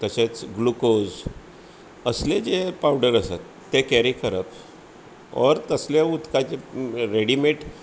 तशेंच ग्लुकोज असले जे पावडर आसात ते कॅरी करप ऑर तसले उदकाचे रेडीमेड